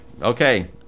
okay